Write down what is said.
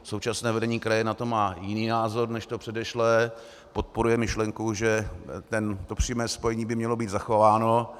Současné vedení kraje na to má jiný názor než to předešlé, podporuje myšlenku, že to přímé spojení by mělo být zachováno.